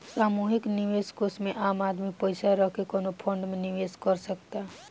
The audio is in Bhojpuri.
सामूहिक निवेश कोष में आम आदमी पइसा रख के कवनो फंड में निवेश कर सकता